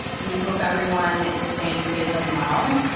we hope everyone is staying safe and well.